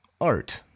Art